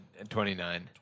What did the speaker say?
29